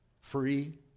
free